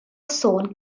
sôn